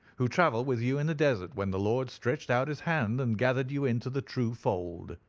who travelled with you in the desert when the lord stretched out his hand and gathered you into the true fold.